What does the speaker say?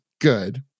good